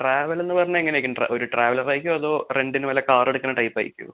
അപ്പോൾ ട്രാവൽ എന്ന് പറഞ്ഞാൽ എങ്ങനെ ആയിരിക്കും ഒര് ട്രാവലർ ആയിരിക്കുമോ അതോ റെൻറ്റിന് വല്ല കാർ എടുക്കുന്ന ടൈപ്പ് ആയിരിക്കുമോ